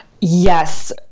yes